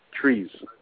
Trees